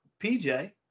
PJ